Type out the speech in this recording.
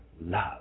love